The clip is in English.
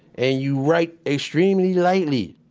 and you write extremely lightly.